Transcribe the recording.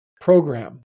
program